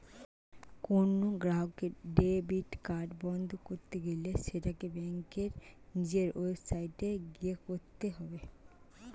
কোনো গ্রাহকের debit card বন্ধ করতে গেলে সেটাকে ব্যাঙ্কের নিজের ওয়েবসাইটে গিয়ে করতে হয়ে